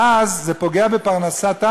ואז זה פוגע בפרנסתם,